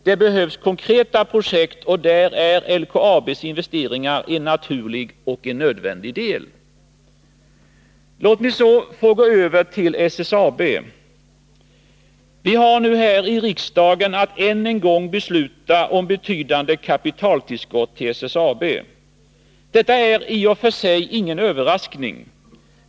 Det behövs konkreta projekt, och där är LKAB:s investeringar en naturlig och nödvändig del. Låt mig så gå över till SSAB. Vi har nu här i riksdagen att än en gång besluta om betydande kapitaltillskott till SSAB. Detta är i och för sig ingen överraskning.